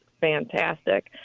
fantastic